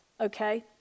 Okay